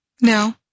No